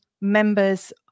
members